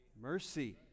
mercy